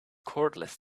cordless